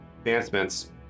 advancements